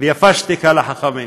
ויפה שתיקה לחכמים.